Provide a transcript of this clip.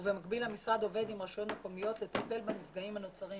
ובמקביל המשרד עובד עם רשויות מקומיות לטפל במפגעים הנוצרים